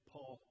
Paul